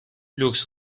لوکس